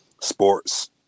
sports